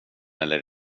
eller